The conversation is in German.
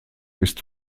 ist